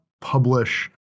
publish